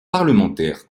parlementaire